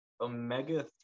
Omega